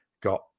got